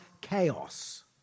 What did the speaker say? chaos